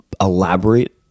elaborate